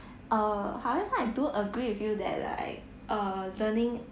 err however I do agree with you that like err learning